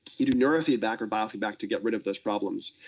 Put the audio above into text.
you do neurofeedback or biofeedback to get rid of those problems.